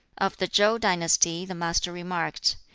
of the chow dynasty the master remarked,